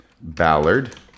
Ballard